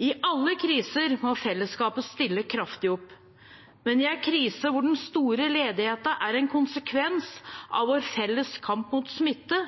I alle kriser må fellesskapet stille kraftig opp, men i en krise hvor den store ledigheten er en konsekvens av vår felles kamp mot smitte,